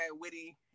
witty